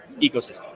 ecosystem